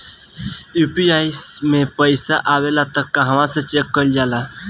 UPI मे पइसा आबेला त कहवा से चेक कईल जाला?